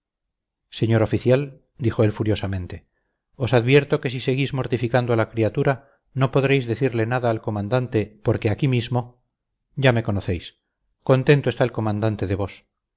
señor oficial dijo él furiosamente os advierto que si seguís mortificando a la criatura no podréis decirle nada al comandante porque aquí mismo ya me conocéis contento está el comandante de vos